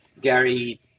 Gary